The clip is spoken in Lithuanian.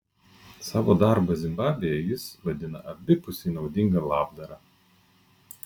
savo darbą zimbabvėje jis vadina abipusiai naudinga labdara